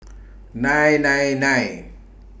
nine nine nine